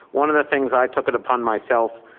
one of the things i took it upon myself,